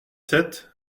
sept